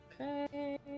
Okay